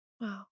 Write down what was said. Wow